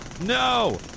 No